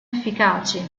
efficaci